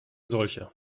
solcher